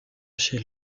chez